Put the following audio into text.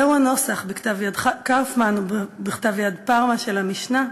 זהו הנוסח בכתב-יד קאופמן ובכתב-יד פארמה של המשנה,